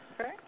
Okay